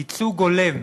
"ייצוג הולם"